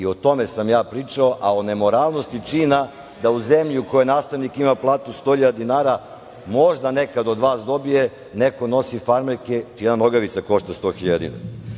O tome sam ja pričao. O nemoralnosti čina da u zemlji u kojoj nastavnik ima platu 100.000 dinara možda nekada od vas dobije, neko nosi farmerke čija nogavica košta 100.000